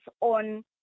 on